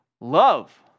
love